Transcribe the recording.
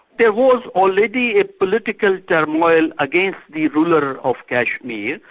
there was already a political turmoil against the ruler of kashmir,